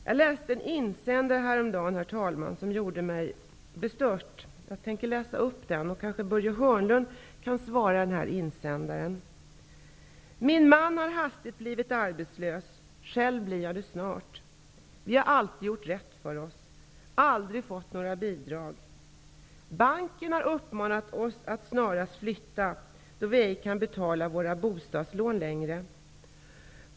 Jag läste en insändare häromdagen, herr talman, som gjorde mig bestört. Jag tänker läsa upp den. Börje Hörnlund kan kanske ge svar på den här insändaren: ''Min man har hastigt blivit arbetslös, själv blir jag det snart. Vi har alltid gjort rätt för oss. Aldrig fått några bidrag. Banken har uppmanat oss att snarast flytta, då vi ej kan betala vårt bostadslån längre.